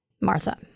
Martha